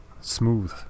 smooth